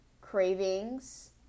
cravings